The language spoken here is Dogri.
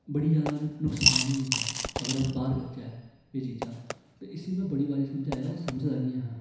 ब़ड़ी ज्यादा नुक्सान होई जंदा अगर अस बाहर करचै एह् चीजां इसी में बड़ी बारी समझाया पर समझदा नेईं ऐ